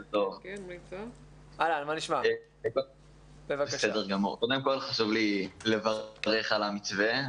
קודם כל חשוב לי לברך על המתווה,